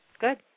Good